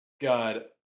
God